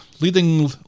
Leading